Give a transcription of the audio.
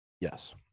Yes